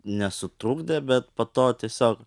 nesutrukdė bet po to tiesiog